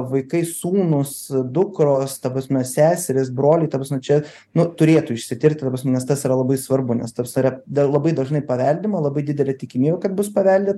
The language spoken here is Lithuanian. vaikai sūnūs dukros ta prasme seserys broliai ta prasme čia nu turėtų išsitirti nes tas yra labai svarbu nes tas yra labai dažnai paveldima labai didelė tikimybė kad bus paveldėta